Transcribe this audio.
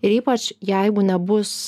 ir ypač jeigu nebus